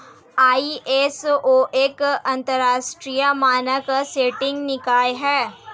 ISO एक अंतरराष्ट्रीय मानक सेटिंग निकाय है